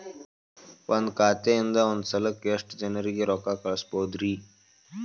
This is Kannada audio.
ಒಂದ್ ಖಾತೆಯಿಂದ, ಒಂದ್ ಸಲಕ್ಕ ಎಷ್ಟ ಜನರಿಗೆ ರೊಕ್ಕ ಕಳಸಬಹುದ್ರಿ?